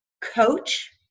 coach